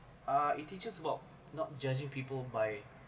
uh it teaches about not judging people by